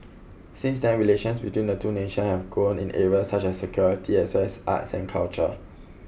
since then relations between the two nations have grown in areas such as security as well as arts and culture